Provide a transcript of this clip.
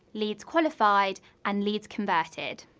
leads qualified and leads converted.